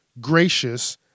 gracious